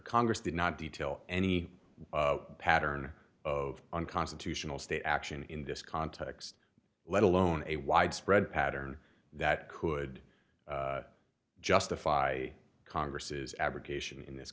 congress did not detail any pattern of unconstitutional state action in this context let alone a widespread pattern that could justify congress's abrogation in this